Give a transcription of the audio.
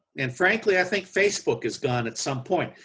and, frankly i think facebook is gone at some point.